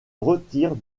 retire